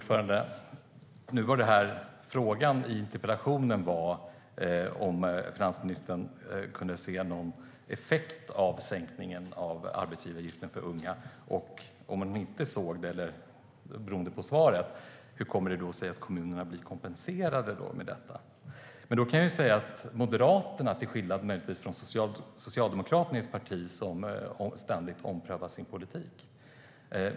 Fru talman! Frågan i interpellationen var om finansministern kunde se någon effekt av sänkningen av arbetsgivaravgiften för unga. Om hon inte såg det, hur kommer det sig då i så fall att kommunerna blir kompenserade för detta? Moderaterna, till skillnad från Socialdemokraterna, är ett parti som ständigt omprövar sin politik.